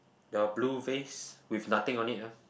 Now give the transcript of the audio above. the blue vase with nothing on it ah